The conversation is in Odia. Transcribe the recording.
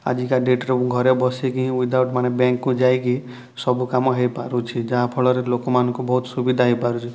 ଆଜିକା ଡେଟ୍ରେ ମୁଁ ଘରେ ବସିକି ଉଇଦାଉଟ୍ ମାନେ ବ୍ୟାଙ୍କ୍ କୁ ଯାଇକି ସବୁ କାମ ହୋଇପାରୁଛି ଯାହାଫଳରେ ଲୋକମାନଙ୍କୁ ବହୁତ ସୁବିଧା ହୋଇପାରୁଛି